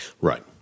Right